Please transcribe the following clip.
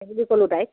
সেই বোলো ক'লো তাইক